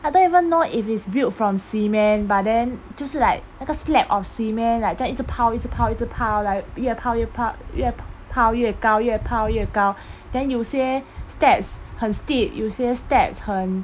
I don't even know if it's built from cement but then 就是 like 那个 a slab of cement like 这样一直 pile 一直 pile 一直 pile like 越 pile 越 pile 越 pile 越高越 pile 越高 then 有些 steps 很 steep 有些 steps 很